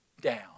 down